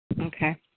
Okay